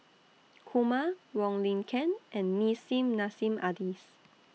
Kumar Wong Lin Ken and Nissim Nassim Adis